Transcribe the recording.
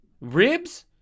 ribs